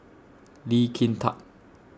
Lee Kin Tat